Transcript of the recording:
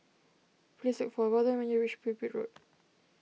please look for Weldon when you reach Pipit Road